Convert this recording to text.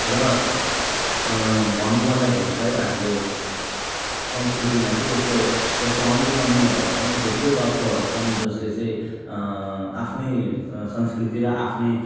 र भन्नुपर्दाखेरि चाहिँ हाम्रो संस्कृतिमा चाहिँ यस्तो यस्तो अन्य अन्यहरू पनि थुप्रै तत्त्वहरू छन् जसले चाहिँ आफ्नै संस्कृति र आफ्नै